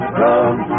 come